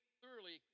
thoroughly